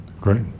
Great